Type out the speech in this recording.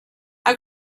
how